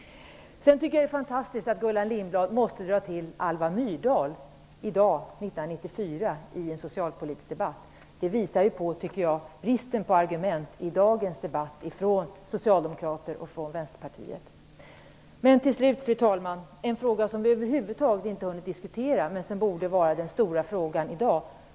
Det är fantastiskt att Gullan Lindblad, i dag, år 1994, måste dra till med att nämna Alva Myrdal i en socialpolitisk debatt. Det visar på bristen av argument i dagens debatt från Socialdemokrater och Moderater. Fru talman! Till slut vill jag komma till en fråga som vi över huvud taget inte hunnit diskutera, men som borde vara den stora frågan i dag.